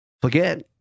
forget